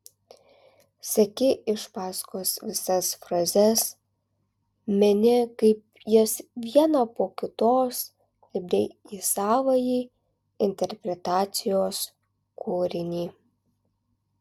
seki iš paskos visas frazes meni kaip jas vieną po kitos lipdei į savąjį interpretacijos kūrinį